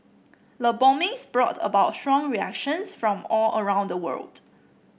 the bombings brought about strong reactions from all around the world